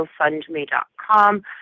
GoFundMe.com